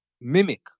mimic